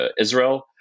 Israel